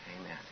amen